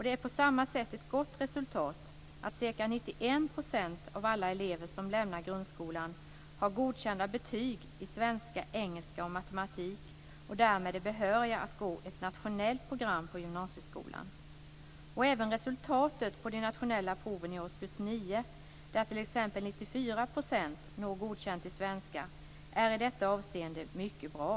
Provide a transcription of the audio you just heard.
Det är på samma sätt ett gott resultat att ca 91 % av alla elever som lämnar grundskolan har godkända betyg i svenska, engelska och matematik och därmed är behöriga att gå ett nationellt program på gymnasieskolan. Även resultatet på de nationella proven i årskurs 9, där t.ex. 94 % når godkänt i svenska, är i detta avseende mycket bra.